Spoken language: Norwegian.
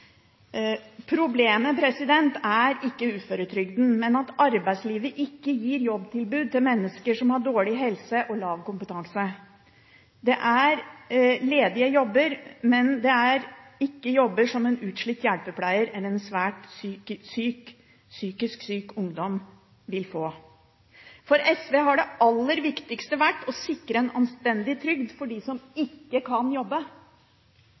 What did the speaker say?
Problemet er ikke uføretrygden, men at arbeidslivet ikke gir jobbtilbud til mennesker som har dårlig helse og lav kompetanse. Det er ledige jobber, men det er ikke jobber som en utslitt hjelpepleier eller en svært psykisk syk ungdom vil få. For SV har det aller viktigste vært å sikre en anstendig trygd for dem som ikke kan jobbe,